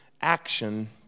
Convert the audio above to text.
action